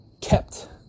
kept